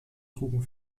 trugen